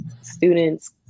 students